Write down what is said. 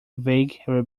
vague